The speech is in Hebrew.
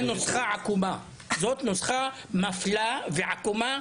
זאת נוסחה עקומה, זאת נוסחה מפלה ועקומה.